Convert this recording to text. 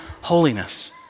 holiness